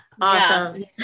Awesome